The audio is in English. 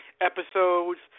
episodes